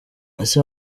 ese